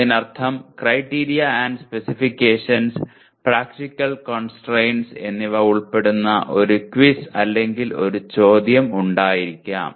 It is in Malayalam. അതിനർത്ഥം criteria and specifications practical constraints എന്നിവ ഉൾപ്പെടുന്ന ഒരു ക്വിസ് അല്ലെങ്കിൽ ഒരു ചോദ്യം ഉണ്ടായിരിക്കാം